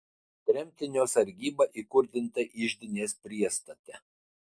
tremtinio sargyba įkurdinta iždinės priestate